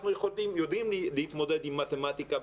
אנחנו יודעים להתמודד עם מתמטיקה,